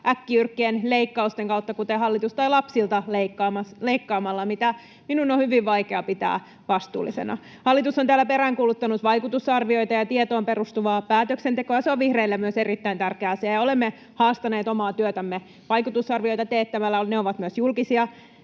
äkkijyrkkien leikkausten kautta, kuten hallitus, tai lapsilta leikkaamalla, mitä minun on hyvin vaikea pitää vastuullisena. Hallitus on täällä peräänkuuluttanut vaikutusarvioita ja tietoon perustuvaa päätöksentekoa, ja se on myös vihreille erittäin tärkeä asia. Olemme haastaneet omaa työtämme vaikutusarvioita teettämällä, ja ne ovat myös julkisia.